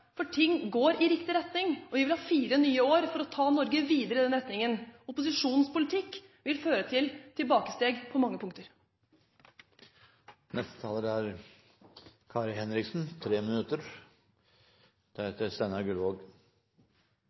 fra. Ting går i riktig retning, og vi vil ha fire nye år for å ta Norge videre i den retningen. Opposisjonens politikk vil føre til tilbakeskritt på mange punkter. Det er